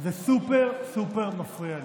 זה סופר-סופר-מפריע לי.